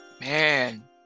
Man